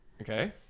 Okay